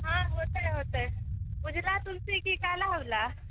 हँ होतै होतै उजला तुलसी कि काला वाला